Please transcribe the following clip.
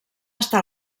està